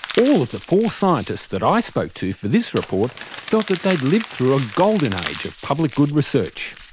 all of the four scientists that i spoke to for this report felt that they'd lived through a golden age of public good research.